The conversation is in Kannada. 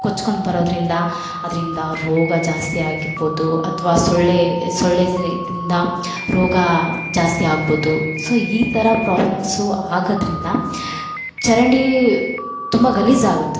ಕೊಚ್ಕೊಂಡ್ ಬರೋದ್ರಿಂದ ಅದ್ರಿಂದ ರೋಗ ಜಾಸ್ತಿ ಆಗಿರ್ಬೋದು ಅಥ್ವ ಸೊಳ್ಳೆ ಸೊಳ್ಳೆ ಇದಿಂದ ರೋಗಾ ಜಾಸ್ತಿ ಆಗ್ಬೋದು ಸೊ ಈ ಥರ ಪ್ರಾಬ್ಲಮ್ಸು ಆಗೋದ್ರಿಂದ ಚರಂಡೀ ತುಂಬ ಗಲೀಜು ಆಗುತ್ತೆ